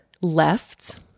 left